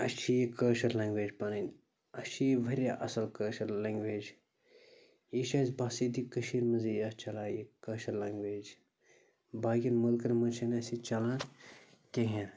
اَسہِ چھِ یہِ کٲشِر لنٛگویج پَنٕنۍ اَسہِ چھِ یہِ واریاہ اَصٕل کٲشِر لنٛگویج یہِ چھِ اَسہِ بَسٲتی کٔشیٖر منٛز یٲژ چَلان یہِ کٲشِر لنٛگویج باقِیَن مٕلکَن منٛز چھَنہٕ اَسہِ یہِ چلان کِہیٖنۍ